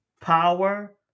power